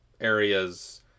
areas